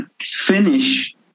finish